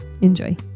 Enjoy